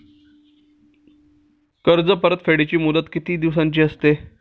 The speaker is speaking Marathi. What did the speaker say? कर्ज परतफेडीची मुदत किती दिवसांची असते?